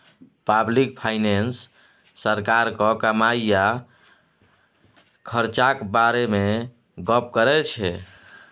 public finance सरकारक कमाई आ खरचाक बारे मे गप्प करै छै